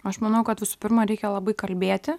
aš manau kad visų pirma reikia labai kalbėti